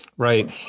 Right